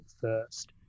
first